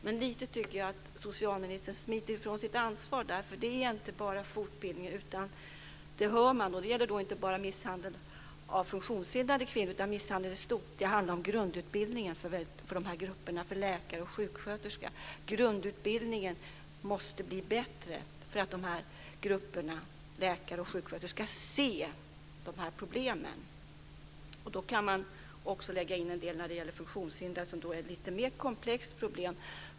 Men lite grann tycker jag att socialministern smiter ifrån sitt ansvar. Det är inte bara fortbildning det gäller. Det hör man, och det gäller inte bara misshandel av funktionshindrade kvinnor utan också misshandel i stort. Det handlar om grundutbildningen för de här grupperna, för läkare och sjuksköterskor. Grundutbildningen måste bli bättre för att dessa grupper, läkare och sjuksköterskor, ska se de här problemen. Då kan man också lägga in en del när det gäller funktionshindrade, som är ett lite mer komplext problem.